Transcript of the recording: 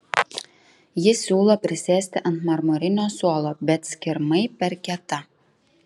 ji siūlo prisėsti ant marmurinio suolo bet skirmai per kieta